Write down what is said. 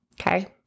Okay